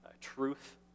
truth